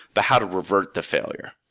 but how to revert the failure.